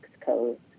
code